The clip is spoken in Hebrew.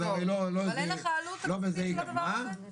אבל אין לך עלות תקציבית של ההסתייגות?